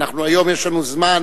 אנחנו, היום יש לנו זמן.